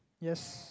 yes